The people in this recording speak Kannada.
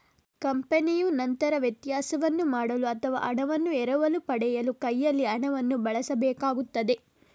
ಕಂಪನಿಯು ನಂತರ ವ್ಯತ್ಯಾಸವನ್ನು ಮಾಡಲು ಅಥವಾ ಹಣವನ್ನು ಎರವಲು ಪಡೆಯಲು ಕೈಯಲ್ಲಿ ಹಣವನ್ನು ಬಳಸಬೇಕಾಗುತ್ತದೆ